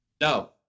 No